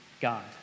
God